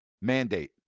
mandate